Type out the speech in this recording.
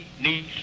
niece